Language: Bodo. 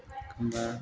एखनबा